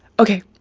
okay,